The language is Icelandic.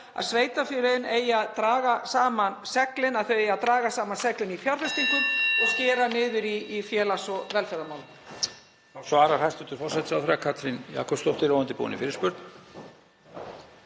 að sveitarfélögin eigi að draga saman seglin, að þau eigi að draga saman seglin í fjárfestingum og skera niður í félags- og velferðarmálum?